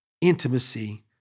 intimacy